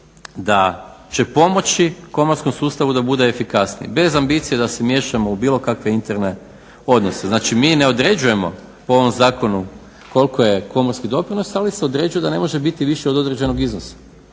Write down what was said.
da će pomoći komorskom sustavu da bude efikasniji bez ambicije da se miješamo u bilo kakve interne odnose. Znači, mi ne određujemo po ovom zakonu koliko je komorski doprinos, ali se određuje da ne može biti više od određenog iznosa.